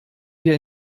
wir